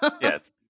Yes